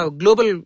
global